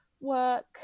work